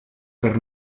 per